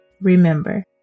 Remember